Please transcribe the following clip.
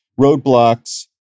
roadblocks